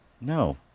No